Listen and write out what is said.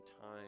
time